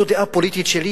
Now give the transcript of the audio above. זו דעה פוליטית שלי,